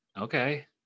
Okay